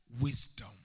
wisdom